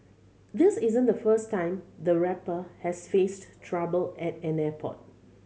this isn't the first time the rapper has faced trouble at an airport